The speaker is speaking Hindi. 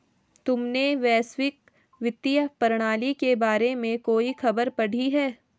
तुमने वैश्विक वित्तीय प्रणाली के बारे में कोई खबर पढ़ी है?